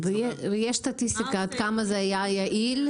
יש סטטיסטיקה עד כמה זה היה יעיל?